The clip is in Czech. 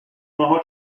mnoho